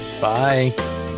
Bye